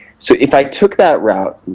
so if i took that route,